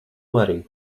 arī